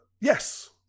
Yes